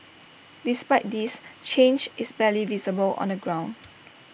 despite this change is barely visible on the ground